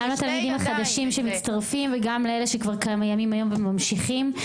גם לתלמידים החדשים שמצטרפים וגם לאלה שכבר קיימים היום וממשיכים.